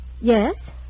Yes